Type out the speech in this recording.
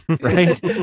Right